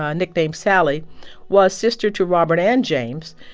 ah nicknamed sally was sister to robert and james.